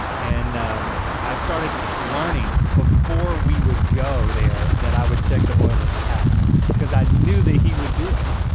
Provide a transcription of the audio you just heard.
and i started learning before we would go there that i would check the oil at the house, cause i knew that he would do it.